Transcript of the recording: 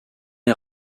est